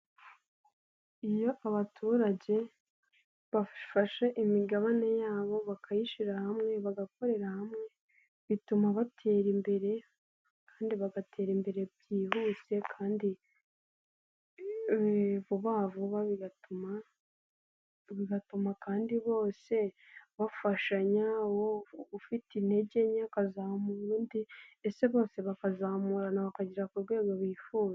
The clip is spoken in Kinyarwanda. Iyo abaturage bafashe imigabane yabo bakayishyira hamwe bagakorera hamwe, bituma batera imbere kandi bagatera imbere byihuse kandi vuba vuba bigatuma, bigatuma kandi bose bafashanya ufite intege nke akazamura undi, mbese bose bakazamurana bakagera ku rwego bifuza.